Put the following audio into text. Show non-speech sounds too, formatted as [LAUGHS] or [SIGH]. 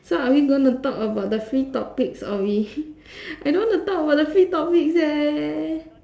so are we gonna talk about the free topics or we [LAUGHS] I don't want to talk about the free topics leh